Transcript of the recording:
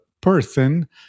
person